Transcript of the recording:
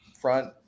front